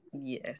Yes